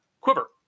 quiver